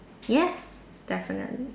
yes definitely